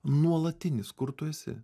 nuolatinis kur tu esi